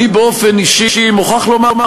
אני באופן אישי מוכרח לומר,